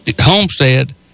Homestead